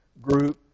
group